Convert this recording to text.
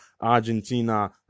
Argentina